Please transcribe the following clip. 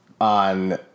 on